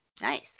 nice